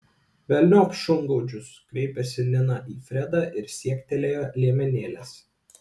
velniop šungaudžius kreipėsi nina į fredą ir siektelėjo liemenėlės